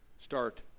start